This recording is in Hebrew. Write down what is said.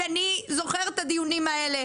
ואני זוכרת את הדיונים האלו,